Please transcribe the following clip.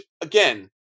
again